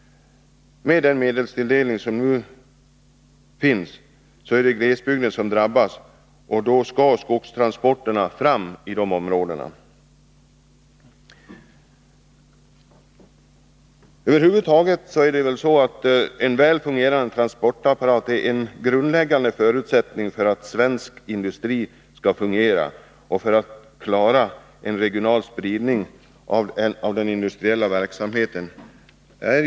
Med den medelstilldelning som nu råder är det glesbygden som drabbas. Skogstransporterna skall fram i dessa områden. En väl fungerande transportapparat är över huvud taget en förutsättning för att svensk industri skall fungera. Transporterna är avgörande för möjligheterna att klara en regional spridning av den industriella verksamheten.